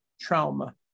trauma